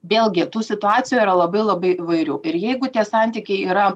vėlgi tų situacijų yra labai labai įvairių ir jeigu tie santykiai yra